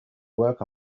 work